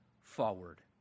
forward